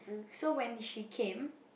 so when she came